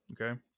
okay